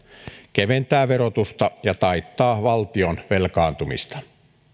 keventää verotusta ja taittaa valtion velkaantumista